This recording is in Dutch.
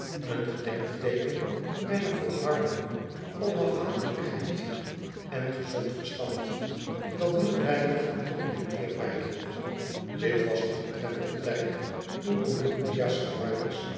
een gedenkteeken mijner volharding onafhankelijkheid en gezond verstand dat niet weinig tot mijn eer bijdroeg dit was omtrent den tijd toen